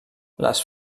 les